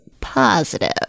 positive